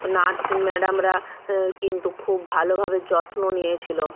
nurse ম্যাডামরা কিন্তু খুব ভালোভাবে যত্ন নিয়েছিলো